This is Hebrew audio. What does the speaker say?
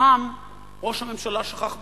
אותם ראש הממשלה שכח בדרך.